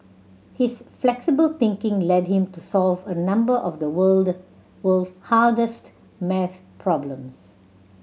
his flexible thinking led him to solve a number of the world world's hardest maths problems